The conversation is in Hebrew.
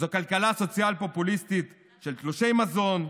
זה כלכלה סוציאל-פופוליסטית של תלושי מזון,